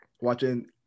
watching